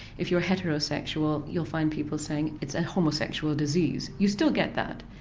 if you're heterosexual you'll find people saying it's a homosexual disease, you still get that.